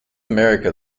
america